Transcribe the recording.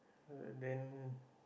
uh then